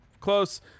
Close